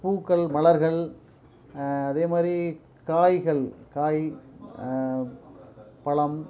பூக்கள் மலர்கள் அதே மாதிரி காய்கள் காய் பழம்